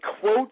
quote